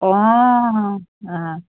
অঁ